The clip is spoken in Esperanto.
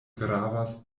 gravas